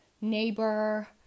neighbor